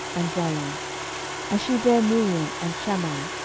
and jalon and she bare miriam, and shammai,